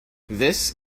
this